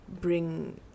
bring